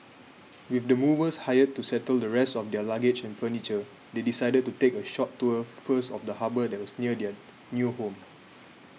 with the movers hired to settle the rest of their luggage and furniture they decided to take a short tour first of the harbour that was near their new home